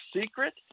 secret